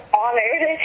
honored